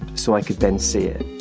so i could then see it.